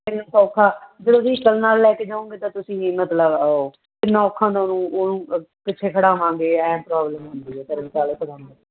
ਐਵੇਂ ਸੌਖਾ ਜਦੋਂ ਵੀਹਕਲ ਨਾਲ ਲੈ ਕੇ ਜਾਓਗੇ ਤਾਂ ਤੁਸੀਂ ਵੀ ਮਤਲਬ ਕਿੰਨਾ ਔਖਾ ਹੁੰਦਾ ਉਹਨੂੰ ਉਹਨੂੰ ਕਿੱਥੇ ਖੜ੍ਹਾਵਾਂਗੇ ਐਂ ਪ੍ਰੋਬਲਮ ਹੁੰਦੀ ਹੈ